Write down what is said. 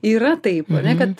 yra taip ane kad